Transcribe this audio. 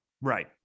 Right